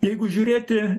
jeigu žiūrėti